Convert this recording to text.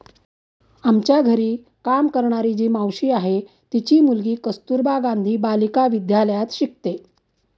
आमच्या घरी काम करणारी जी मावशी आहे, तिची मुलगी कस्तुरबा गांधी बालिका विद्यालयात शिकते